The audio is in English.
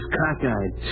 cockeyed